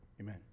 Amen